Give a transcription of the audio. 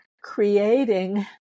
creating